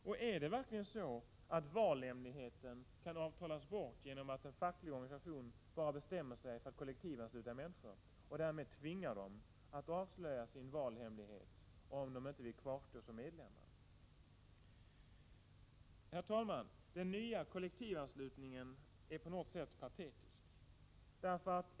Och är det verkligen så att valhemligheten kan avtalas bort genom att en facklig organisation bara bestämmer sig för att kollektivansluta människor och därmed tvinga dem att avslöja sin valhemlighet om de inte vill kvarstå som medlemmar? Herr talman! Den nya kollektivanslutningen är på något sätt patetisk.